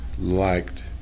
liked